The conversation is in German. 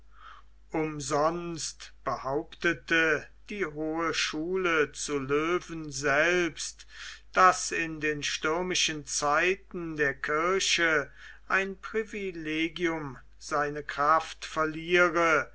umsonst behauptete die hohe schule zu löwen selbst daß in den stürmischen zeiten der kirche ein privilegium seine kraft verliere